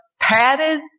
padded